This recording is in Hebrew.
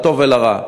לטוב ולרע.